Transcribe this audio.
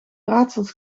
raadsels